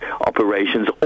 operations